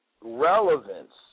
relevance